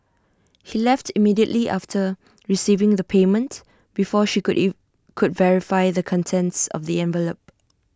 he left immediately after receiving the payment before she could if could verify the contents of the envelope